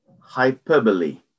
Hyperbole